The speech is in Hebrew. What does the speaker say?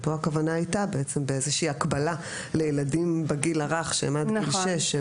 כאן הכוונה הייתה באיזושהי הקבלה לילדים בגיל הרך שהם עד גיל שש,